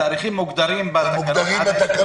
התאריכים מוגדרים בתקנות.